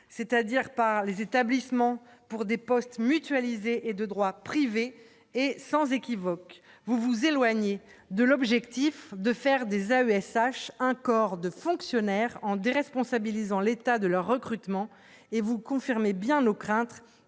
c'est-à-dire par les établissements pour des postes mutualiser et de droit privé et sans équivoque, vous vous éloignez de l'objectif de faire des AESH, un corps de fonctionnaires en déresponsabilisant l'état de leur recrutement et vous confirmez bien nos craintes